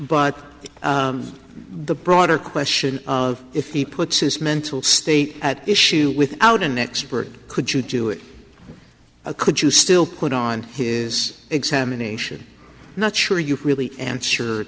expert but the broader question of if he puts his mental state at issue without an expert could you do it could you still put on his examination not sure you've really answer